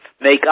make